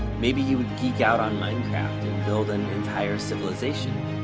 maybe you would geek out on minecraft and build an entire civilization.